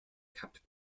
capped